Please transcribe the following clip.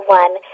one